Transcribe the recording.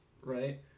right